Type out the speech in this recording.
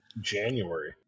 January